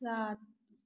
सात